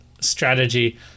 strategy